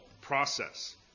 process